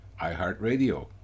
iHeartRadio